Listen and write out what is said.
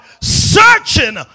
searching